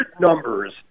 numbers